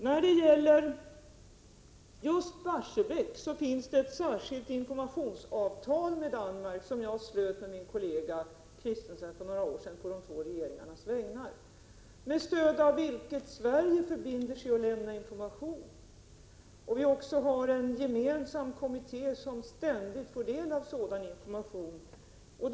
När det gäller just Barsebäck finns det ett särskilt informationsavtal med Danmark som jag för några år sedan slöt med min kollega Christensen på de två regeringarnas vägnar, och Sverige förbinder sig där att lämna information. Det finns också en gemensam kommitté som ständigt får del av sådan information.